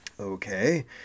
Okay